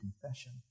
confession